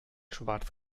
schwarz